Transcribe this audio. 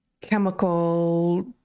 chemical